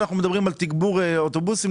כשאנחנו מדברים על תגבור אוטובוסים,